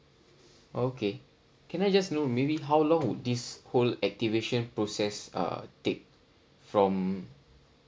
okay can I just know maybe how long would this whole activation process uh take from